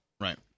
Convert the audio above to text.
Right